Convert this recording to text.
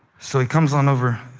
so he comes on over.